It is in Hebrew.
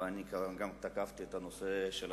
ואני תקפתי את הנושא של הממשלה,